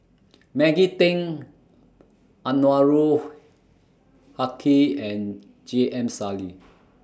Maggie Teng Anwarul Haque and J M Sali